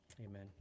amen